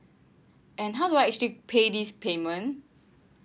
and how do I actually pay this payment